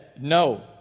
no